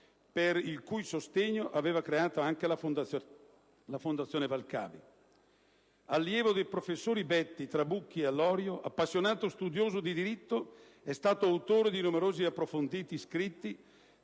per il cui sostegno aveva creato anche la Fondazione Valcavi. Allievo dei professori Betti, Trabucchi ed Allorio, appassionato studioso di diritto, è stato autore di numerosi ed approfonditi scritti